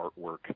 artwork